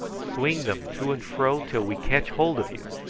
swing them to and fro till we catch hold of you.